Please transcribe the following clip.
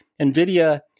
NVIDIA